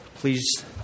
Please